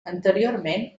anteriorment